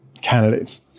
Candidates